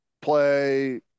play